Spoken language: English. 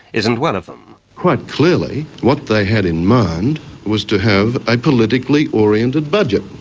isn't one of them. quite clearly what they had in mind was to have a politically oriented budget,